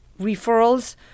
referrals